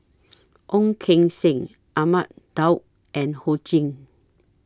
Ong Keng Sen Ahmad Daud and Ho Ching